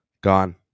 gone